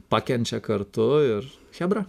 pakenčia kartu ir chebra